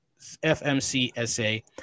FMCSA